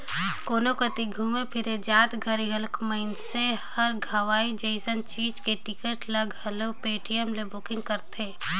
कोनो कति घुमे फिरे जात घरी घलो मइनसे हर हवाई जइसन चीच के टिकट ल घलो पटीएम ले बुकिग करथे